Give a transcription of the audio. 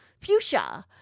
fuchsia